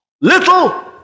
Little